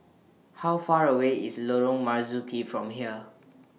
How Far away IS Lorong Marzuki from here